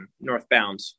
northbound